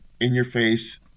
in-your-face